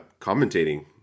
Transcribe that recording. commentating